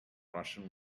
russian